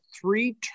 three